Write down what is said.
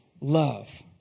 love